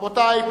רבותי,